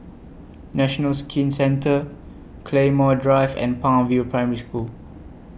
National Skin Centre Claymore Drive and Palm View Primary School